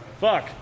Fuck